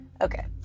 Okay